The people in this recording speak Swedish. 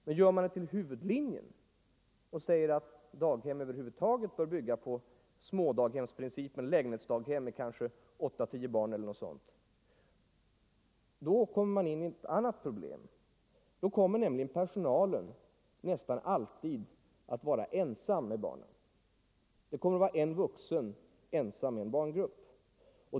Men gör man det till huvudlinje och säger att inrättandet av daghem över huvud taget bör bygga på smådaghemsprincipen — lägenhetsdaghem med 8-10 barn — uppstår ett annat problem. Då kommer nämligen personalen nästan alltid att bestå av en vuxen som är ensam med en barngrupp.